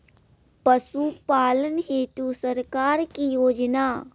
पशुपालन हेतु सरकार की योजना?